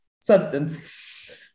substance